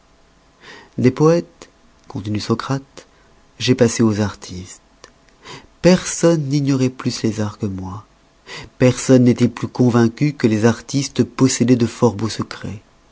des poètes continue socrate j'ai passé aux artistes personne n'ignoroit plus les arts que moi personne n'étoit plus convaincu que les artistes possédoient de fort beaux secrets